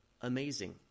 amazing